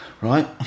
Right